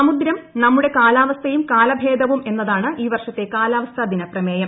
സമുദ്രം നമ്മുടെ കാലാവസ്ഥയും കാലഭേദവും എന്നതാണ് ഈ വർഷത്തെ കാലാവസ്ഥ ദിന പ്രമേയം